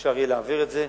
שאפשר יהיה להעביר את זה.